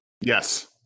Yes